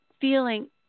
feeling